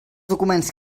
documents